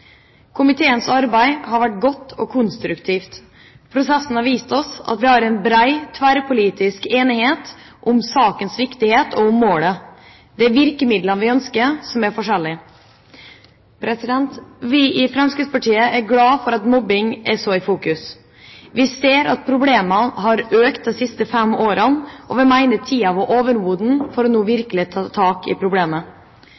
Komiteens arbeid har vært godt og konstruktivt. Prosessen har vist oss at vi har en bred, tverrpolitisk enighet om sakens viktighet og om målet. Det er virkemidlene vi ønsker, som er forskjellige. Vi i Fremskrittspartiet er glad for at mobbing er så i fokus. Vi ser at problemet har økt de siste fem årene, og vi mener at tiden er overmoden for nå virkelig å